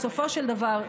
בסופו של דבר,